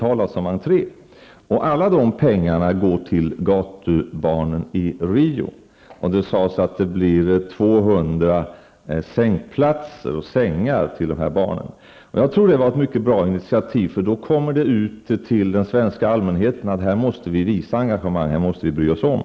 Alla dessa pengar går till gatubarnen i Rio de Janeiro. Det sades att det blir Jag tror att det var ett mycket bra initiativ. Då kommer det ut till den svenska allmänheten att här måste vi bry oss om.